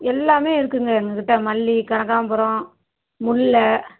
எல்லாமே இருக்குதுங்க எங்கள்கிட்ட மல்லிகை கனகாம்பரம் முல்லை